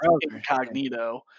Incognito